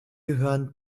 gehören